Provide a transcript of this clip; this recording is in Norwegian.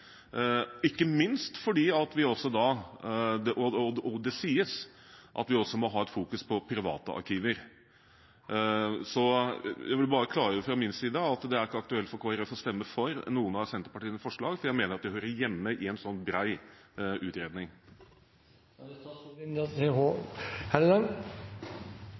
ikke minst fordi vi – og det sies – også må fokusere på private arkiver. Jeg vil bare klargjøre fra min side at det ikke er aktuelt for Kristelig Folkeparti å stemme for noen av Senterpartiets forslag, for jeg mener at de hører hjemme i en sånn bred utredning. For å oppklare det: